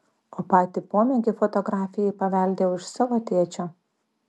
o patį pomėgį fotografijai paveldėjau iš savo tėčio